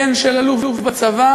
בן של אלוף בצבא,